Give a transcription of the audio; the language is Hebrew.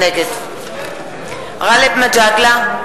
נגד גאלב מג'אדלה,